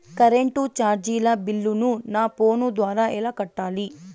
Current చార్జీల బిల్లును, నా ఫోను ద్వారా ఎలా కట్టాలి?